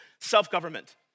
Self-government